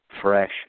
fresh